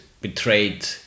betrayed